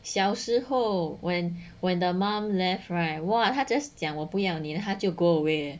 小时候 when when the mum left right !wah! 他 just 讲我不养你了他就 go away eh